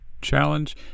challenge